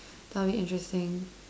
that'll be interesting